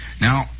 Now